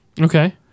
Okay